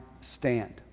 stand